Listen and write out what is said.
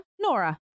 Nora